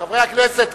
חברי הכנסת,